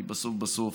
כי בסוף בסוף